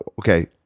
okay